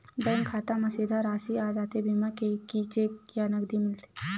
Bank खाता मा सीधा राशि आ जाथे बीमा के कि चेक या नकदी मिलथे?